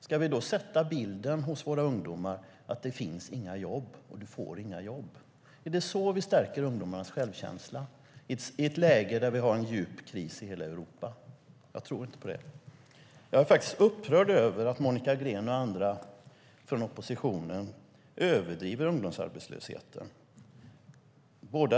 Ska vi då sätta bilden hos våra ungdomar att det inte finns några jobb, att de inte får några jobb? Är det så vi stärker ungdomarnas självkänsla i ett läge med en djup kris i hela Europa? Jag tror inte på det. Jag är upprörd över att Monica Green och andra från oppositionen överdriver ungdomsarbetslösheten.